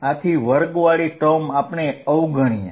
આથી a2 વાળી term આપણે અવગણીએ